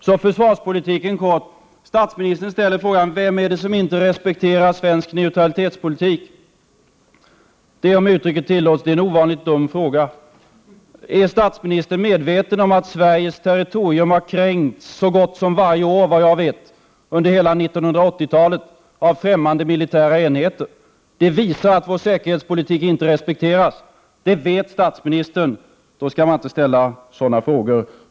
Så till försvarspolitiken. Statsministern ställer frågan: Vem är det som inte respekterar svensk neutralitetspolitik? Det är, om uttrycket tillåts, en ovanligt dum fråga. Är statsministern medveten om att Sveriges territorium har kränkts så gott som varje år under hela 1980-talet av ffrämmande militära enheter? Det visar att vår säkerhetspolitik inte respekteras. Det vet statsministern. Då skall man inte ställa sådana frågor.